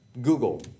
Google